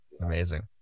Amazing